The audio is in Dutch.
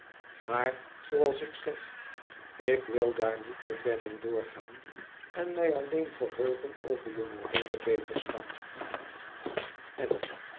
maar zooals ik zeg ik wil daar niet te ver in doorgaan en mij alleen verheugen over je moreele beterschap en